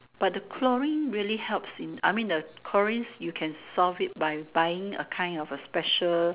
but the chlorine really helps in I mean the chlorine's you can solve it by buying a kind of a special